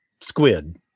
squid